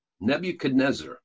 Nebuchadnezzar